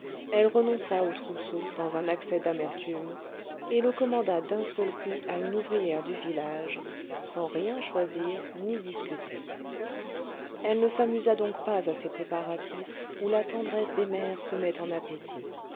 elle renonça au trousseau dans un accès d'amertume et le commanda d'un seul coup à une ouvrière du village sans rien choisir ni discuter elle ne s'amusa donc pas à ces préparatifs où la tendresse des mères se met en appétit